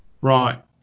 Right